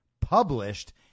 published